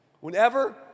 Whenever